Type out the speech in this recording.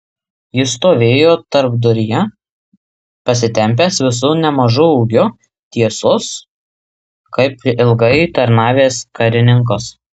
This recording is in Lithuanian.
jis stovėjo tarpduryje pasitempęs visu nemažu ūgiu tiesus kaip ilgai tarnavęs karininkas